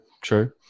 True